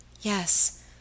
Yes